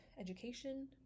education